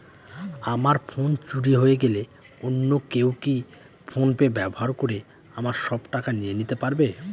আমার ফোন চুরি হয়ে গেলে অন্য কেউ কি ফোন পে ব্যবহার করে আমার সব টাকা নিয়ে নিতে পারবে?